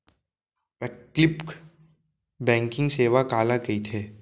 वैकल्पिक बैंकिंग सेवा काला कहिथे?